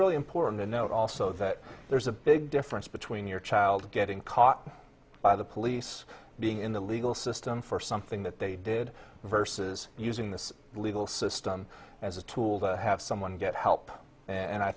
really important to note also that there's a big difference between your child getting caught by the police being in the legal system for something that they did versus using the legal system as a tool to have someone get help and i